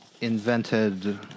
invented